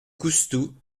coustou